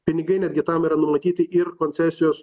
pinigai netgi tam yra numatyti ir koncesijos